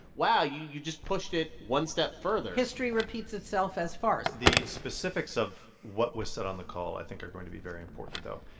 wow, you you just pushed it one step further history repeats itself as farce the specifics of what was said on the call, i think, are going to be very important, though.